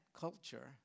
culture